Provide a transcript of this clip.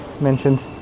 mentioned